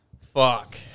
Fuck